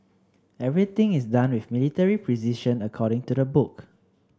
everything is done with military precision according to the book